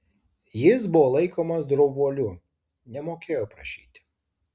jis buvo laikomas drovuoliu nemokėjo prašyti